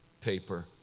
paper